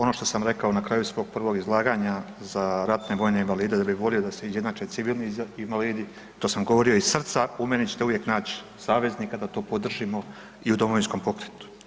Ono što sam rekao na kraju svog prvog izlaganja za ratne vojne invalide da bi volio da se izjednače civilni invalidi, to sam govorio iz srca, u meni ćete uvijek nać saveznika da to podržimo i u Domovinskom pokretu.